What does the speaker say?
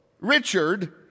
Richard